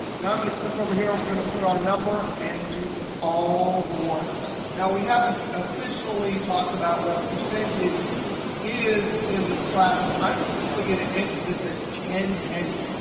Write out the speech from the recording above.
now, i'm going to click over here. going to put our number and do all borders. now, we haven't officially talked about what a percentage is in this class. so i'm simply going to enter this as ten pennies.